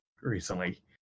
recently